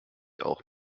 auch